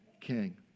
king